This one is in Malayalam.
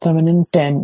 അതിനാൽ RThevenin 10